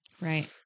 Right